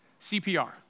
CPR